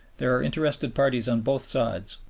there are interested parties on both sides,